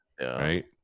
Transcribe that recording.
Right